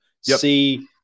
see